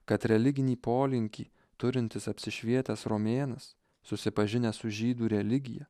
kad religinį polinkį turintis apsišvietęs romėnas susipažinęs su žydų religija